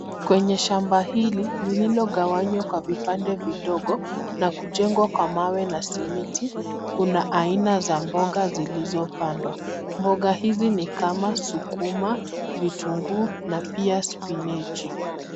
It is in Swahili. Kwenye shamba hili lililogawanywa kwa vipande vidogo na kujengwa kwa mawe na simiti kuna aina za mboga zilizopandwa. Mboga hizi ni kama sukuma, vitunguu na pia spinechi.